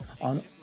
on